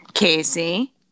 Casey